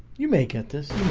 you may get this